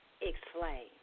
explain